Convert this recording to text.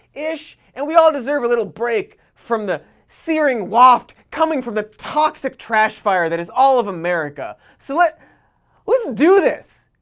and we all deserve a little break from the searing waft coming from the toxic trash fire that is all of america. so let's let's do this!